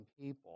people